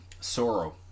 Sorrow